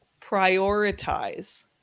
prioritize